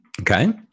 Okay